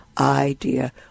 idea